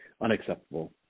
unacceptable